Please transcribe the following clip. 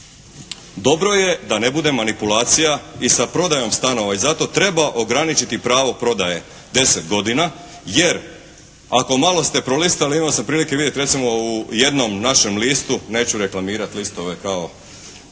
Dobro je da ne bude manipulacija i sa prodajom stanova i zato treba ograničiti pravo prodaje deset godina jer ako malo ste prolistali, imao sam prilike vidjeti u jednom našem listu. Neću reklamirati listove kao